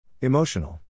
Emotional